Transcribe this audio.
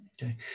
Okay